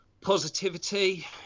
positivity